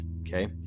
okay